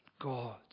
God